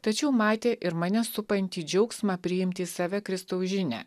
tačiau matė ir mane supantį džiaugsmą priimti į save kristaus žinią